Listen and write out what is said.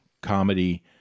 comedy